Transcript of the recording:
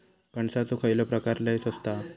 कणसाचो खयलो प्रकार लय स्वस्त हा?